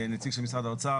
נציג של משרד האוצר,